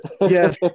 Yes